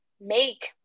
make